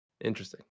interesting